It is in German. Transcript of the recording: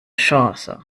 chance